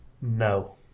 no